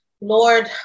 Lord